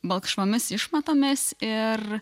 balkšvomis išmatomis ir